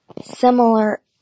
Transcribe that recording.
similar